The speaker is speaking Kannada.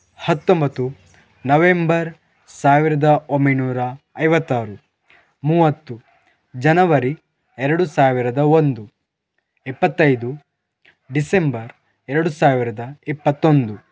ಹತ್ತೊಂಬತ್ತು ನವೆಂಬರ್ ಸಾವಿರದ ಒಂಬೈನೂರ ಐವತ್ತಾರು ಮೂವತ್ತು ಜನವರಿ ಎರಡು ಸಾವಿರದ ಒಂದು ಇಪ್ಪತ್ತೈದು ಡಿಸೆಂಬರ್ ಎರಡು ಸಾವಿರದ ಇಪ್ಪತ್ತೊಂದು